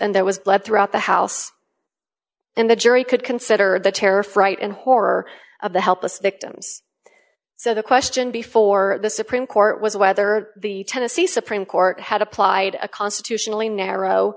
and there was blood throughout the house and the jury could consider the terror fright and horror of the helpless victims so the question before the supreme court was whether the tennessee supreme court had applied a constitutionally narrow